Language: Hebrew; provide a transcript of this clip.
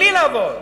בלי לעבוד.